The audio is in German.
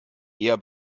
eher